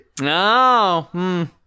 No